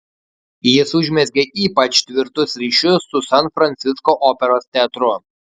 jis užmezgė ypač tvirtus ryšius su san francisko operos teatru